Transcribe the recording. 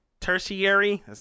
tertiary –